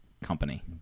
Company